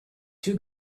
two